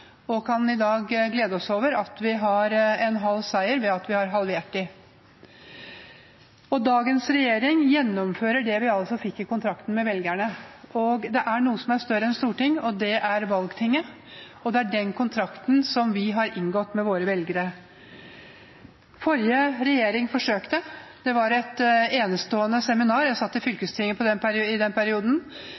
og kan i dag glede oss over at vi har en halv seier ved at vi har halvert dem. Dagens regjering gjennomfører det vi altså fikk i kontrakten med velgerne. Det er noe som er større enn Stortinget, og det er valgtinget. Det er den kontrakten vi har inngått med våre velgere. Forrige regjering forsøkte. Det var et enestående seminar – jeg satt i fylkestinget i den perioden